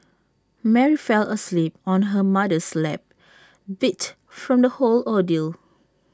Mary fell asleep on her mother's lap beat from the whole ordeal